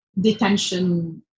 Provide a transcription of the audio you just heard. detention